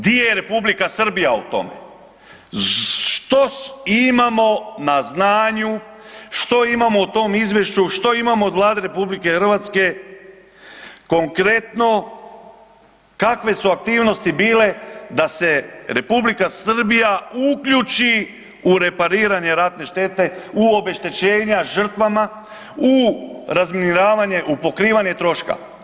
Di je Republika Srbija u tome, što imamo na znanju, što imamo u tom izvješću, što imamo od Vlade RH, konkretno kakve su aktivnosti bile da se Republika Srbija uključi u repariranje ratne štete, u obeštećenja žrtvama, u razminiravanje, u pokrivanje troška?